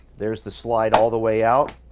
there's the slide all the way out.